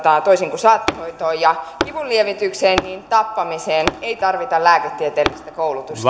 toisin kuin saattohoitoon ja kivunlievitykseen tappamiseen ei tarvita lääketieteellistä koulutusta